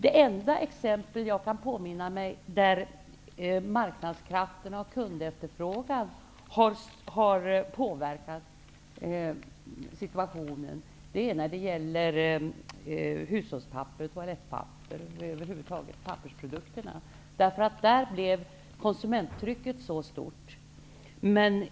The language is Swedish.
Det enda exempel jag kan påminna mig där marknadskrafter och kundefterfrågan har påverkat situationen är när det gäller hushållspapper, toalettpapper och pappersprodukter över huvud taget. Där blev konsumenttrycket alltför stort.